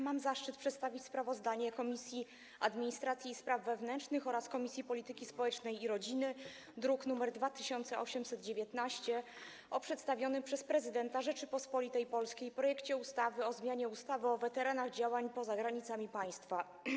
Mam zaszczyt przedstawić sprawozdanie Komisji Administracji i Spraw Wewnętrznych oraz Komisji Polityki Społecznej i Rodziny, druk nr 2819, o przedstawionym przez prezydenta Rzeczypospolitej Polskiej projekcie ustawy o zmianie ustawy o weteranach działań poza granicami państwa.